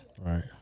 right